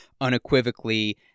unequivocally